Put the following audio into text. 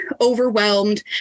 overwhelmed